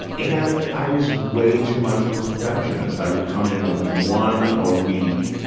and i was way too much of a perfectionist. i would come in with one a week,